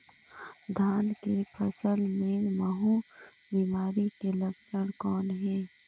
धान के फसल मे महू बिमारी के लक्षण कौन हे?